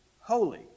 holy